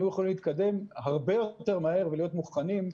היו יכולים להתקדם הרבה יותר מהר ולהיות מוכנים,